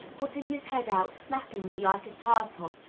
putting his head out snappingly, like a turtle,